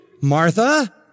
Martha